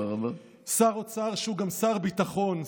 שר אוצר שהוא גם שר ביטחון,